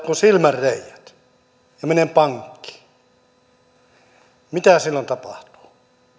kuin silmänreiät ja menen pankkiin niin mitä silloin tapahtuu